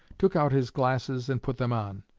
took out his glasses, and put them on.